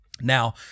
Now